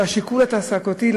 שהשיקול התעסוקתי,